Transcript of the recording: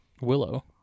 Willow